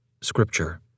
Scripture